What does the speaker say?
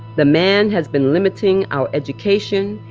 the man has been limiting our education,